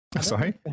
Sorry